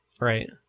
right